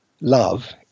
love